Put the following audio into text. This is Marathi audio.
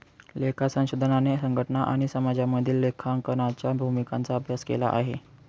लेखा संशोधनाने संघटना आणि समाजामधील लेखांकनाच्या भूमिकांचा अभ्यास केला आहे